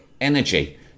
energy